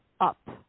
up